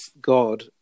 God